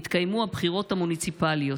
יתקיימו הבחירות המוניציפליות,